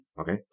Okay